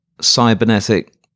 cybernetic